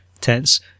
tense